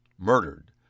Murdered